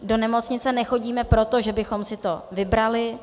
Do nemocnice nechodíme proto, že bychom si to vybrali.